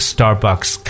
Starbucks